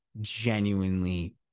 genuinely